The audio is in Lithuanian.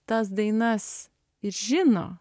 tas dainas ir žino